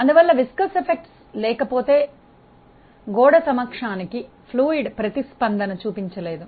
అందువల్ల జిగట ప్రభావాలు లేక పోతే గోడ సమక్షానికి ద్రవము ప్రతిస్పందన చూపించ లేదు